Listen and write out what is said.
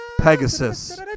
Pegasus